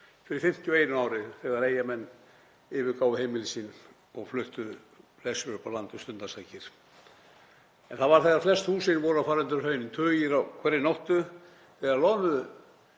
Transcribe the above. fyrir 51 ári, þegar Eyjamenn yfirgáfu heimili sín og fluttu flestir upp á land um stundarsakir. En það var þegar flest húsin voru að fara undir hraun, tugir á hverri nóttu, sem loðnuveiðar